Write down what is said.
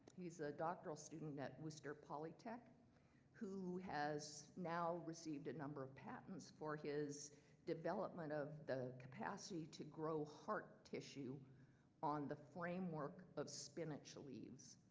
he's a doctoral student at worcester polytech who has now received a number of patents for his development of the capacity to grow heart tissue on the framework of spinach leaves.